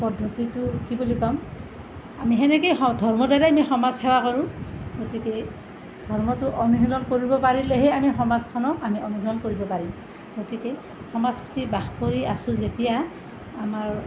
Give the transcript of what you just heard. পদ্ধতিটো কি বুলি ক'ম আমি সেনেকৈয়ে ধৰ্মৰ দ্বাৰাই আমি সমাজ সেৱা কৰোঁ গতিকে ধৰ্মটো অনুশীলন কৰিব পাৰিলেহে আমি সমাজখনক আমি অনুশীলন কৰিব পাৰিম গতিকে সমাজ পাতি বাস কৰি আছোঁ যেতিয়া আমাৰ